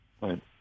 Right